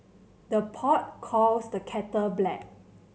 the pot calls the kettle black